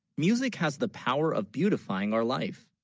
music has the power of beautifying our life,